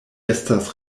estas